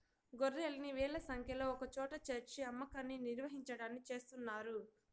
గొర్రెల్ని వేల సంఖ్యలో ఒకచోట చేర్చి అమ్మకాన్ని నిర్వహించడాన్ని చేస్తున్నారు